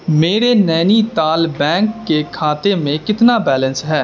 میرے نینی تال بینک کے کھاتے میں کتنا بیلنس ہے